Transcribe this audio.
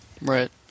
Right